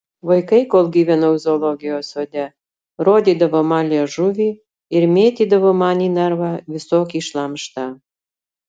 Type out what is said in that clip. vaikai kol gyvenau zoologijos sode rodydavo man liežuvį ir mėtydavo man į narvą visokį šlamštą